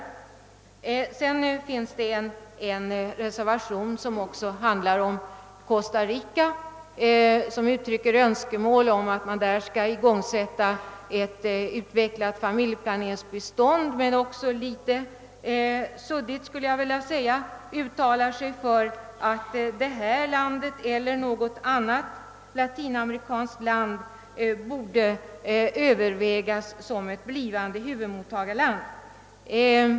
I en annan reservation som gäller Costa Rica uttrycks önskemål om att vi skall ge familjeplaneringsbistånd. Men man säger också, enligt min mening litet suddigt, att detta eller något annat latinamerikanskt land borde övervägas som blivande huvudmottagarland.